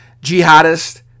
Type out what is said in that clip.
jihadist